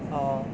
orh